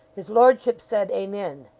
his lordship said amen